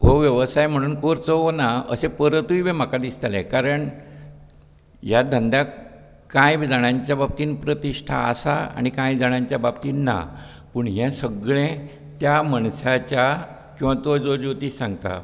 हो व्यवसाय म्हणून करचो वो ना अशें परतूय बी म्हाका दिसतालें कारण ह्या धंद्याक कांय जाणांच्या बाबतीन प्रतिश्ठा आसा आनी कांय जाणांचे बाबतीन ना पूण हें सगळें त्या मनशाच्या किंवा तो जो ज्योतीश सांगता